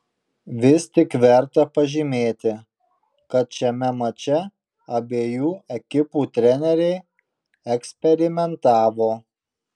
vis tik verta pažymėti kad šiame mače abiejų ekipų treneriai eksperimentavo